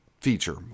feature